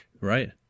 Right